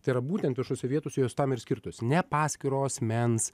tai yra būtent viešose vietose jos tam ir skirtos ne paskiro asmens